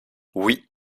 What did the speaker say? oui